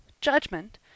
Judgment